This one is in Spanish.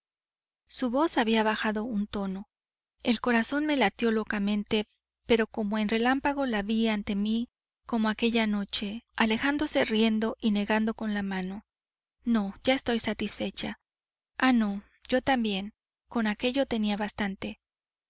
su voz había bajado un tono el corazón me latió locamente pero como en un relámpago la vi ante mí como aquella noche alejándose riendo y negando con la mano no ya estoy satisfecha ah no yo también con aquello tenía bastante